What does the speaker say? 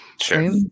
sure